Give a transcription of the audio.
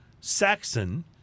Saxon